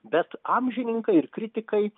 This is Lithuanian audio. bet amžininkai ir kritikai